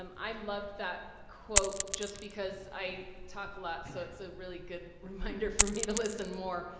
um i loved that quote, just because i talk a lot, so it's a really good reminder for me to listen more.